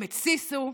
הם התסיסו,